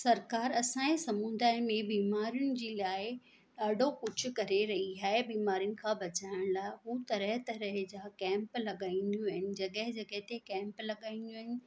सरकार असांजे समुदाय में बीमारियुनि जे लाइ ॾाढो कुझु करे रही आहे बीमारियुनि खां बचाइण लाइ उहा तरह तरह जा कैंप लॻाईंदियूं आहिनि जॻहि जॻहि ते कैंप लॻाईंदियूं आहिनि